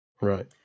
Right